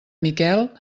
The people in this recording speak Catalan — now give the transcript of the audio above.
miquel